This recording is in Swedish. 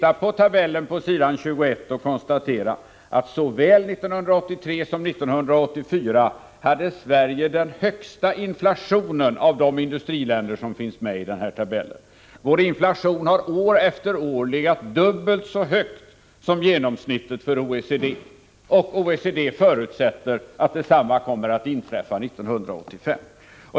Av tabellen på s. 21 framgår att Sverige såväl 1983 som 1984 hade den högsta inflationen av de industriländer som finns med i tabellen. Vår inflation har år efter år legat dubbelt så högt som genomsnittet för OECD, och OECD förutsätter att detsamma kommer att inträffa 1985.